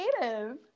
creative